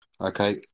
Okay